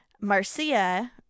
Marcia